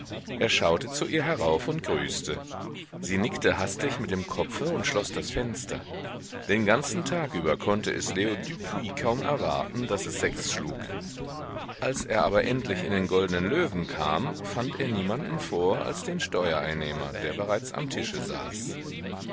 er schaute zu ihr herauf und grüßte sie nickte hastig mit dem kopfe und schloß das fenster den ganzen tag über konnte es leo düpuis kaum erwarten daß es sechs schlug als er aber endlich in den goldnen löwen kam fand er niemanden vor als den steuereinnehmer der bereits am tische saß